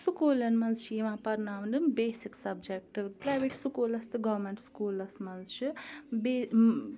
سکوٗلَن منٛز چھِ یِوان پَرناونہٕ بیسِک سَبجَکٹ پرٛایویٹ سکوٗلَس تہٕ گورمیٚنٛٹ سکوٗلَس منٛز چھِ بیٚیہِ